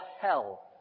hell